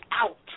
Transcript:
out